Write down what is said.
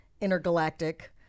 Intergalactic